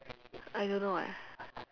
I don't know eh